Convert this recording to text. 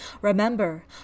Remember